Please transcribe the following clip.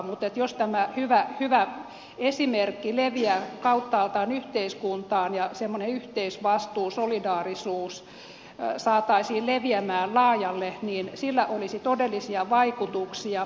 mutta jos tämä hyvä esimerkki leviää kauttaaltaan yhteiskuntaan ja semmoinen yhteisvastuu solidaarisuus saataisiin leviämään laajalle niin sillä olisi todellisia vaikutuksia